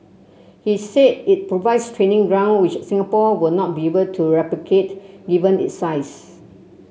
he said it provides training ground which Singapore will not be able to replicate given its size